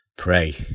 Pray